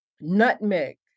nutmeg